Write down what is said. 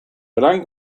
gran